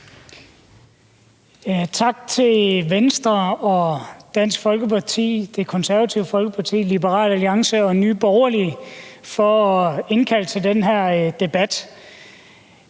Tak til Venstre, Dansk Folkeparti, Det Konservative Folkeparti, Liberal Alliance og Nye Borgerlige for at indkalde til den her debat.